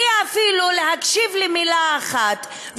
אפילו בלי להקשיב למילה אחת.